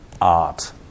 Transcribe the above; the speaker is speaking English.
art